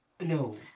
No